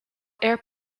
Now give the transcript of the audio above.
air